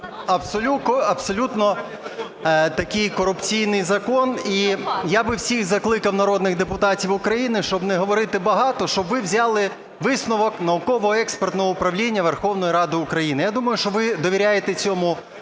абсолютно такий корупційний закон. І я би всіх закликав народних депутатів України, щоб не говорити багато, щоб ви взяли висновок Науково-експертного управління Верховної Ради України. Я думаю, що ви довіряєте цьому